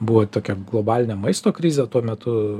buvo tokia globalinė maisto krizė tuo metu